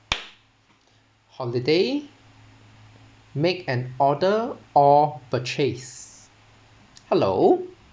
holiday make an order or purchase hello